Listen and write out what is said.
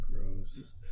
gross